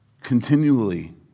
continually